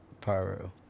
pyro